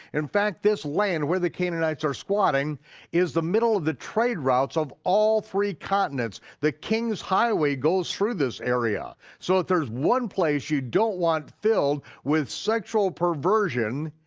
in fact, this land where the canaanites were squatting was the middle of the trade routes of all three continents, the king's highway goes through this area so if there's one place you don't want filled with sexual perversion,